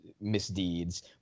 misdeeds